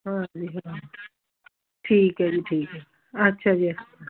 ਹਾਂਜੀ ਹਾਂ ਠੀਕ ਹੈ ਜੀ ਠੀਕ ਹੈ ਅੱਛਾ ਜੀ ਅੱਛਾ